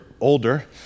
older